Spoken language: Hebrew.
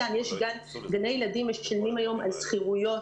גני ילדים משלמים היום על שכירויות,